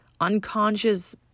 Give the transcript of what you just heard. unconscious